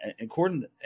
according